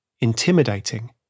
intimidating